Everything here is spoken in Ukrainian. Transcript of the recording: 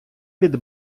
від